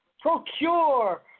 procure